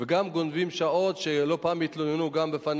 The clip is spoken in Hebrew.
וגם גונבים שעות, לא פעם התלוננו,